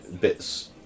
bits